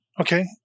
Okay